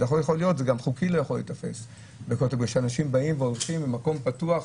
זה גם חוקי לא יכול להיתפס בכותל בגלל שאנשים באים והולכים והמקום פתוח,